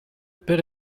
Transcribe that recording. per